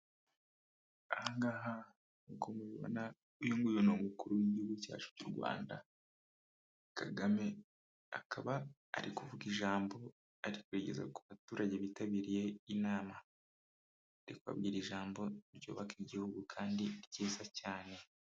Aha ngaha nk'uko mubibona uyu muyobozi ni mukuru w'igihugu cyacu cy'u Rwanda Kagame; akaba ari kuvuga ijambo, ari kugeza ku baturage bitabiriye inama. Ari kukabwira ijambo ryubaka igihugu kandi ryiza cyane.